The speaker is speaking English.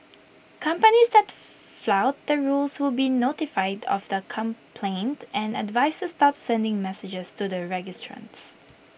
companies that flout the rules will be notified of the complaint and advised to stop sending messages to the registrants